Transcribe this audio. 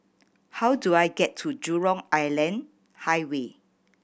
how do I get to Jurong Island Highway